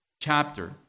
chapter